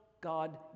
God